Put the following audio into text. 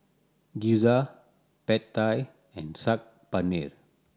Gyoza Pad Thai and Saag Paneer